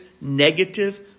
negative